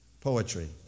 poetry